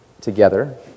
together